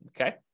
Okay